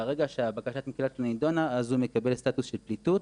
וברגע שבקשת המקלט נידונה אז הוא מקבל סטטוס של פליטות.